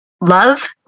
love